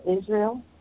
Israel